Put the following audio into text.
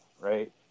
right